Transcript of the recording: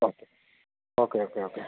okay okay okay okay